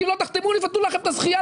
כי אם לא תחתמו יבטלו לכם את הזכייה,